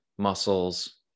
muscles